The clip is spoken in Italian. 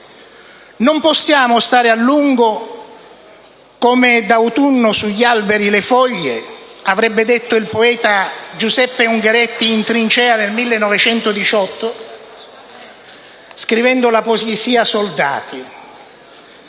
Non possiamo stare a lungo in trincea, come «d'autunno sugli alberi le foglie», avrebbe detto il poeta Giuseppe Ungaretti nel 1918, scrivendo la poesia «Soldati».